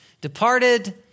departed